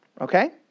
okay